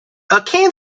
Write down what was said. akin